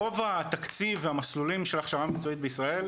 רוב התקציב והמסלולים של הכשרה מקצועית בישראל,